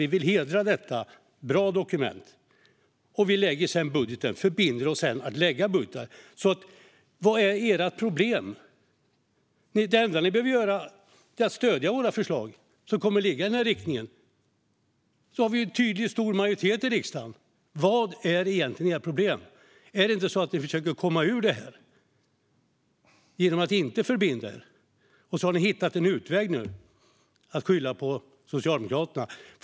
Vi vill hedra detta bra dokument. Vi förbinder oss också att sedan lägga fram sådana budgetar. Vad är era problem? Det enda ni behöver göra är att stödja våra förslag, som kommer att ligga i den riktningen. Då har vi en stor och tydlig majoritet i riksdagen. Vad är egentligen era problem? Är det inte så att ni försöker komma ur detta genom att inte förbinda er, och så har ni hittat en utväg i att skylla på Socialdemokraterna?